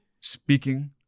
Speaking